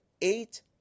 eight